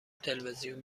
تلویزیون